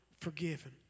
forgiven